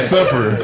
Supper